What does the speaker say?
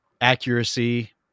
accuracy